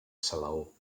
salaó